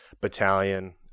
Battalion